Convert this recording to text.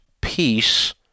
peace